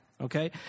okay